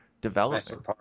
development